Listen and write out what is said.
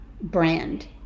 brand